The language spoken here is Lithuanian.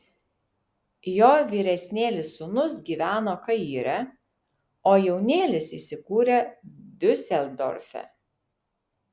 jo vyresnėlis sūnus gyveno kaire o jaunėlis įsikūrė diuseldorfe